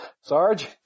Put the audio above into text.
Sarge